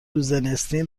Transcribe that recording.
روزناستین